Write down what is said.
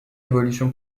évolution